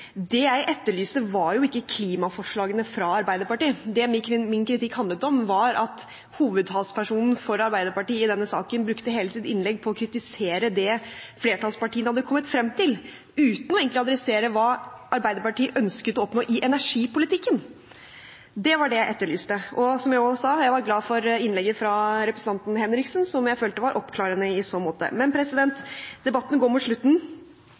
innlegget jeg holdt tidligere: Det jeg etterlyste, var ikke klimaforslagene fra Arbeiderpartiet. Det min kritikk handlet om, var at hovedtalspersonen for Arbeiderpartiet i denne saken brukte hele sitt innlegg på å kritisere det flertallspartiene hadde kommet frem til, uten å egentlig adressere hva Arbeiderpartiet ønsket å oppnå i energipolitikken. Det var det jeg etterlyste. Som jeg også sa, var jeg glad for innlegget fra representanten Henriksen, som jeg følte var oppklarende i så måte. Debatten går mot slutten.